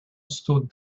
stood